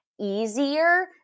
easier